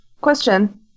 question